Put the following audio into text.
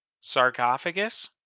sarcophagus